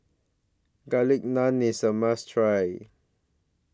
Garlic Naan IS A must Try